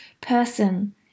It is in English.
person